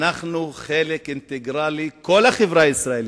שאנחנו חלק אינטגרלי, כל החברה הישראלית.